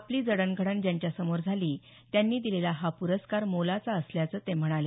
आपली जडणघडण ज्यांच्यासमोर झाली त्यांनी दिलेला हा पुरस्कार मोलाचा असल्याचं ते म्हणाले